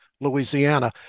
Louisiana